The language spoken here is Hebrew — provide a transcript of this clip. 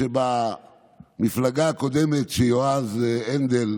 שבמפלגה הקודמת שהיית בה,